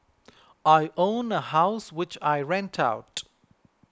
I own a house which I rent out